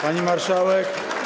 Pani Marszałek!